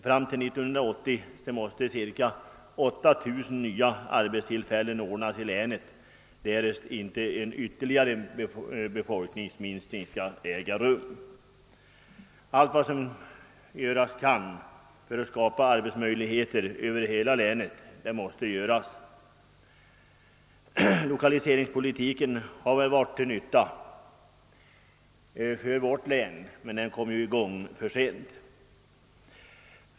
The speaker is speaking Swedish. Fram till 1980 måste ca 8000 nya arbetstillfällen ordnas i länet därest inte en ytterligare befolkningsminskning skall äga rum. Allt vad som göras kan för att skapa arbetsmöjligheter över hela länet måste göras. Lokaliseringspolitiken har varit till stor nytta för vårt län men den kom i gång för sent.